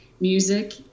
Music